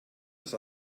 das